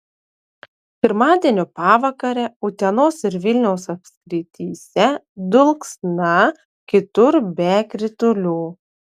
pirmadienio pavakarę utenos ir vilniaus apskrityse dulksna kitur be kritulių